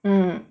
mm